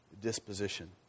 disposition